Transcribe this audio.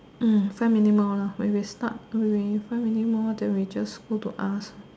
mm five minute more lah when we start when we five minute more then we go to ask